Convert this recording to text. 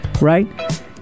right